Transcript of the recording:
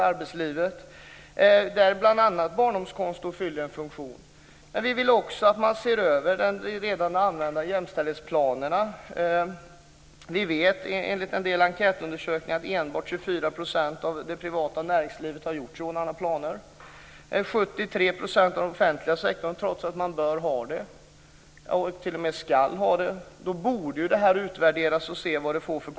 Där fyller bl.a. barnomsorgskonto en funktion. Vi vill också att man ser över de redan använda jämställdhetsplanerna. Enkätundersökningar visar att man enbart inom 24 % av det privata näringslivet har gjort upp sådana planer. Inom den offentliga sektorn är andelen bara 73 %, trots att sådana planer ska utarbetas. Det borde utredas vilka konsekvenser detta får.